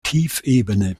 tiefebene